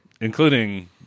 including